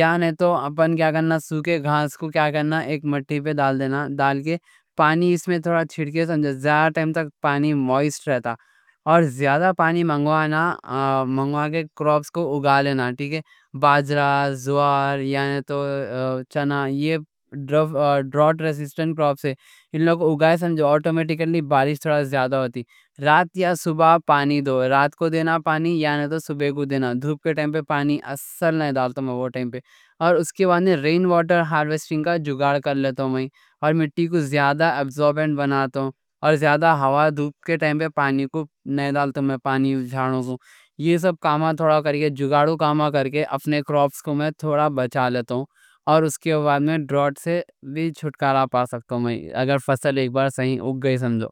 یا نہیں، اپن کیا کرنا? سوکی گھاس کو کیا کرنا، ایک مٹھی پہ ڈال دینا، ڈال کے پانی اس میں تھوڑا چھڑکے، سمجھے، جیا ٹائم تک پانی موئسٹ رہتا اور زیادہ پانی منگوانا، منگوان کے کروپس کو اگا لینا. ٹھیک ہے، باجرہ، جوار یا نے تو چنا، یہ ڈراؤٹ ریزسٹنٹ کروپس ہیں. ان لوگ اگائے سمجھے، آٹومیٹکلی بارش تھوڑا زیادہ ہوتی، رات یا صبح پانی دو. رات کو دینا پانی یا نے تو صبح کو دینا، دھوپ کے ٹائم پہ پانی نہیں ڈالتا میں. اور اس کے بعد میں رین واٹر ہارویسٹنگ کا جگاڑ کر لیتا ہوں، اور مٹی کو زیادہ ابسوربنٹ بناتا ہوں. یہ سب کاما تھوڑا کر کے، جگاڑو کاما کر کے اپنے کروپس کو میں تھوڑا بچا لیتا ہوں. اور اس کے بعد میں ڈراؤٹ سے بھی چھٹکارہ پا سکتا ہوں، اگر فصل ایک بار صحیح اگ گئی سمجھو.